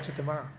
tomorrow.